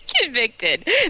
Convicted